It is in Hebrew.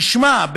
תשמע,